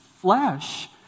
flesh